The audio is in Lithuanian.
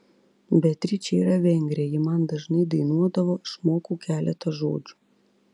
beatričė yra vengrė ji man dažnai dainuodavo išmokau keletą žodžių